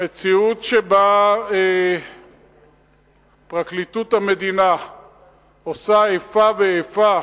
שבה פרקליטות המדינה עושה איפה ואיפה